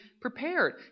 prepared